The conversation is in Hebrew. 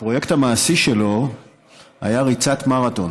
הפרויקט המעשי שלו היה ריצת מרתון,